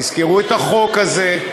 יזכרו את החוק הזה,